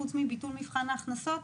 חוץ מביטול מבחן ההכנסות,